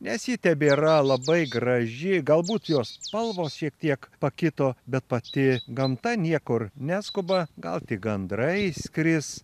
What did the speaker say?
nes ji tebėra labai graži galbūt jos spalvos šiek tiek pakito bet pati gamta niekur neskuba gal tik gandrai skris